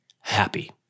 happy